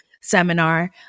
seminar